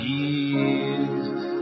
Jesus